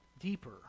deeper